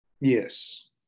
Yes